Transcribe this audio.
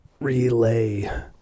relay